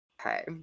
Okay